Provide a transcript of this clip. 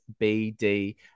BD